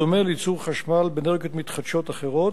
בדומה לייצור חשמל באנרגיות מתחדשות אחרות,